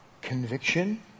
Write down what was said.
Conviction